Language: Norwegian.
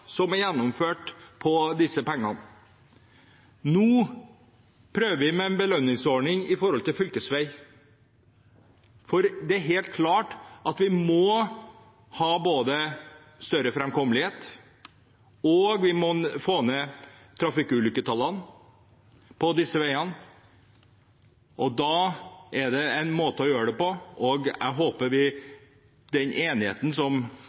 som er gjennomført for disse pengene. Nå prøver vi med en belønningsordning for fylkesveier. For det er helt klart at vi må ha større framkommelighet, og at vi må få ned trafikkulykketallene på disse veiene. Da er det én måte å gjøre det på, og jeg håper den enigheten som